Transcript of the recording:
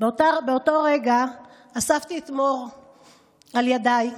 באותו רגע אספתי את מור על ידיי,